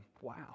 Wow